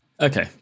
Okay